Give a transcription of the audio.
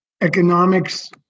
economics